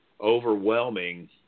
overwhelming